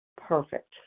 perfect